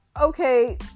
okay